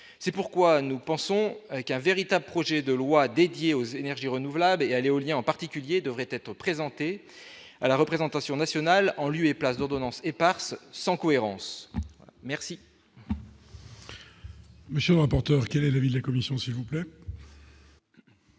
c'est pourquoi nous pensons qu'un véritable projet de loi dédiée aux énergies renouvelables et à l'éolien en particulier devrait être présenté à la représentation nationale, en lieu et place d'ordonnances éparses, sans cohérence merci. Monsieur le rapporteur, quelle est la ville, les commissions, s'il vous plaît.